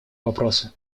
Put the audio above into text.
вопросы